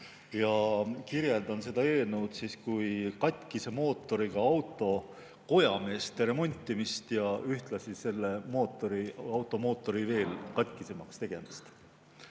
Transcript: kirjeldan seda eelnõu kui katkise mootoriga auto kojameeste remontimist ja ühtlasi selle auto mootori veel katkisemaks tegemist. Meie